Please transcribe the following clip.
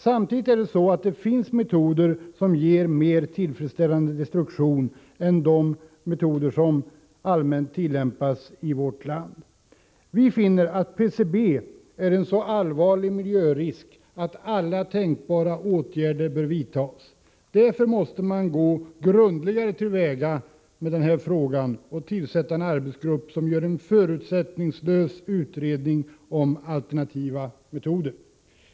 Samtidigt finns det metoder som ger mer tillfredsställande destruktion än de metoder som allmänt tillämpas i vårt land. Vi finner att PCB är en så allvarlig miljörisk att alla tänkbara åtgärder bör vidtas. Därför måste man gå grundligare till väga i denna fråga än vad man hittills har gjort och tillsätta en arbetsgrupp, som gör en förutsättningslös utredning om alternativa metoder.